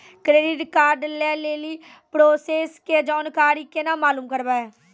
Credit card लय लेली process के जानकारी केना मालूम करबै?